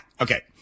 okay